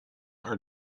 are